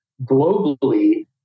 globally